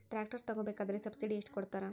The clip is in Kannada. ಟ್ರ್ಯಾಕ್ಟರ್ ತಗೋಬೇಕಾದ್ರೆ ಸಬ್ಸಿಡಿ ಎಷ್ಟು ಕೊಡ್ತಾರ?